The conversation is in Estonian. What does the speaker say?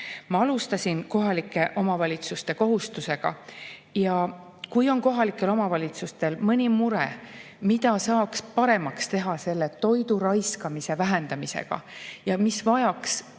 alustasin kohalike omavalitsuste kohustusega. Kui on kohalikel omavalitsustel mõni [idee], mida saaks paremaks teha selle toidu raiskamise vähendamisega, või